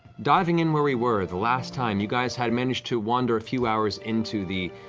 diving in where we were. the last time, you guys had managed to wander a few hours into the